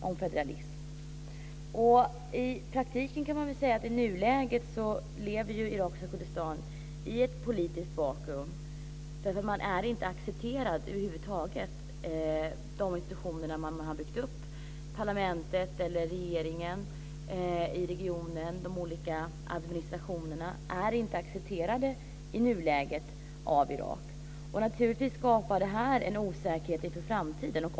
I praktiken lever irakiska Kurdistan i nuläget i ett politiskt vakuum. De institutioner som har byggts upp är över huvud taget inte accepterade. Parlamentet, regeringen och de olika institutionerna är i nuläget inte accepterade av Irak. Det skapar en osäkerhet inför framtiden.